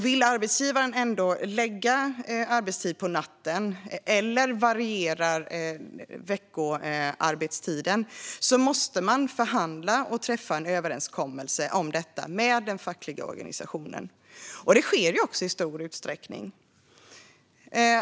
Vill arbetsgivaren ändå förlägga arbetstid på natten eller variera veckoarbetstiden måste man förhandla och träffa en överenskommelse om detta med den fackliga organisationen. Det sker också i stor utsträckning.